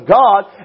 God